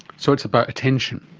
so it's about attention.